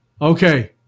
Okay